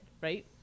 Right